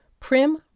Prim